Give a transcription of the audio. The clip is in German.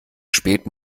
spät